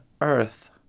earth